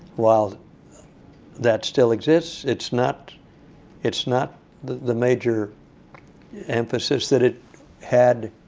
while that still exists, it's not it's not the major emphasis that it had,